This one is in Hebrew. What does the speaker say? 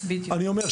אני אומר,